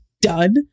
done